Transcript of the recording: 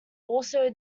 also